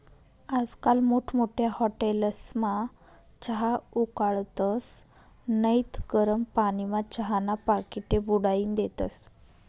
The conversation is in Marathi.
आजकाल मोठमोठ्या हाटेलस्मा चहा उकाळतस नैत गरम पानीमा चहाना पाकिटे बुडाईन देतस